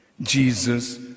Jesus